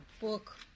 book